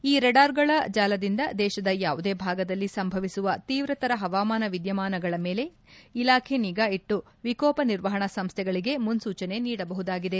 ಈ ರೇಡಾರಗಳ ಜಾಲದಿಂದ ದೇಶದ ಯಾವುದೇ ಭಾಗದಲ್ಲಿ ಸಂಭವಿಸುವ ತೀವ್ರತರ ಹವಾಮಾನ ವಿದ್ಯಮಾನಗಳ ಮೇಲೆ ಇಲಾಖೆ ನಿಗಾ ಇಟ್ಟು ವಿಕೋಪ ನಿರ್ವಾಹಣಾ ಸಂಸ್ಥೆಗಳಿಗೆ ಮುನ್ನೂಚನೆ ನೀಡಬಹುದಾಗಿದೆ